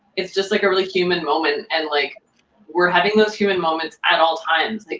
it's just like a really human moment and like we're having those human moments at all times. like